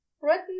written